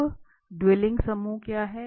अब डुइलिंगसमूह क्या है